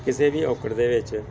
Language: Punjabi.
ਕਿਸੇ ਵੀ ਔਕੜ ਦੇ ਵਿੱਚ